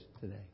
today